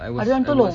ada orang tolong